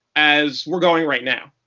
as we're going right now.